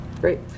Great